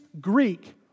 Greek